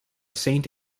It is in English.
saint